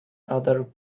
other